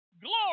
Glory